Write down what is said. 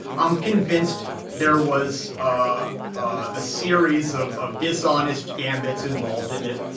i'm convinced there was a series of of dishonest gambits involved in it.